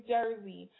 Jersey